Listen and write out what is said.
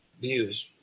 views